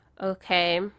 Okay